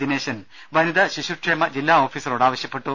ദിനേശൻ വനിതാ ശിശുക്ഷേമ ജില്ലാ ഓഫീസറോട് ആവശ്യപ്പെട്ടു